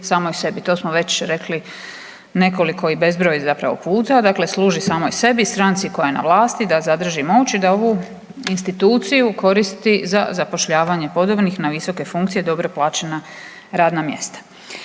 samoj sebi, to smo već rekli nekoliko i bezbroj zapravo puta, dakle služi samoj sebi, stranci koja je na vlasti da zadrži moć i da ovu instituciju koristi za zapošljavanje podobnih na visoke funkcije i dobro plaćena radna mjesta.